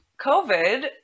COVID